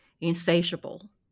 insatiable